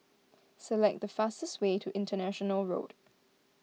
select the fastest way to International Road